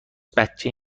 بچه